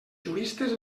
juristes